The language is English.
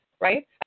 right